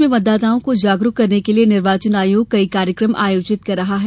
प्रदेश में मतदाताओं को जागरूक करने के लिये निर्वाचन आयोग कई कार्यक्रम आयोजित कर रहा है